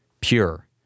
pure